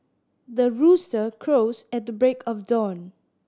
the rooster crows at the break of dawn